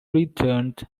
returned